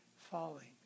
falling